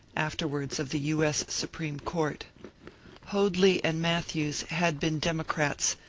afterwards of the u. s. supreme court hoadly and matthews had been democrats,